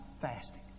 fasting